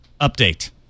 update